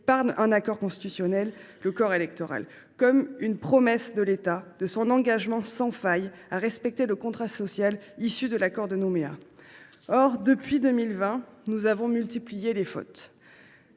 par un accord constitutionnel, comme une promesse de l’État de son engagement sans faille à respecter le contrat social issu de l’accord de Nouméa. Or, depuis 2020, nous avons multiplié les fautes.